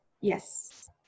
yes